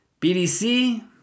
BDC